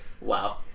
wow